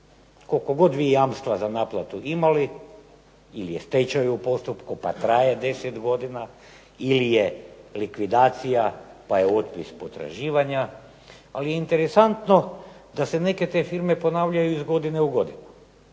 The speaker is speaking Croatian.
Koliko god vi jamstva za naplatu imali ili je stečaj u postupku pa traje 10 godina, ili je likvidacija pa je otpis potraživanja, ali interesantno da se neke te firme ponavljaju iz godine u godinu